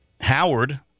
Howard